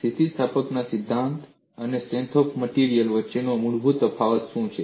સ્થિતિસ્થાપકતાના સિદ્ધાંત અને સ્ટ્રેન્થ ઓફ મટેરિયલ્સ વચ્ચેનો મૂળભૂત તફાવત શું છે